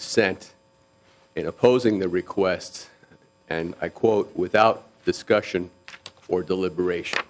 dissent in opposing the request and i quote without discussion or deliberation